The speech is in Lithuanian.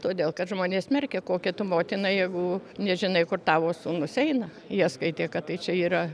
todėl kad žmonės smerkia kokia tu motina jeigu nežinai kur tavo sūnus eina jie skaitė kad tai čia yra